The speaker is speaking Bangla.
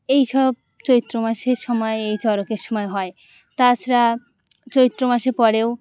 এইসব চৈত্র মাসের সময় এই চড়কের সময় হয় তাছাড়া চৈত্র মাসে পরেও